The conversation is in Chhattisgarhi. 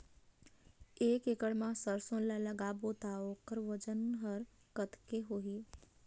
एक एकड़ मा सरसो ला लगाबो ता ओकर वजन हर कते होही?